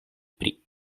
pri